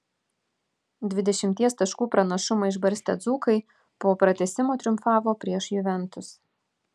dvidešimties taškų pranašumą išbarstę dzūkai po pratęsimo triumfavo prieš juventus